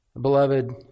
beloved